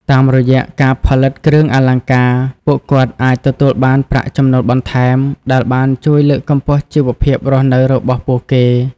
តាមរយៈការផលិតគ្រឿងអលង្ការ ពួកគាត់អាចទទួលបានប្រាក់ចំណូលបន្ថែម ដែលបានជួយលើកកម្ពស់ជីវភាពរស់នៅរបស់ពួកគេ។